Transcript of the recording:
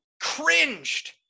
Cringed